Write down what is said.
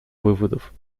выводов